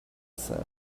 said